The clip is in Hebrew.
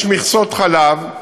יש מכסות חלב,